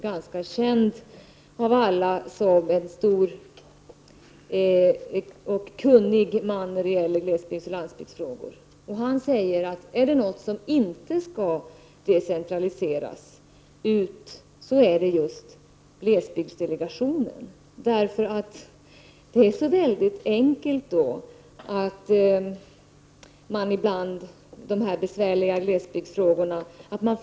Han är relativt känd som en stor och kunnig man när det gäller glesbygdsoch landsbygdsfrågor. Han säger att är det något som inte skall lokaliseras ut är det just glesbygdsdelegationen. Vid en utlokalisering blir det så enkelt att få de litet besvärliga glesbygdsfrågorna på distans.